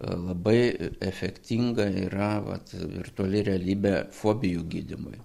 labai efektinga yra vat virtuali realybė fobijų gydymui